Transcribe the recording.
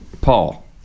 Paul